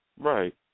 right